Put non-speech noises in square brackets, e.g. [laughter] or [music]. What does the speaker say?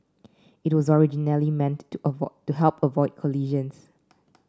it was originally meant to [unintelligible] to help avoid collisions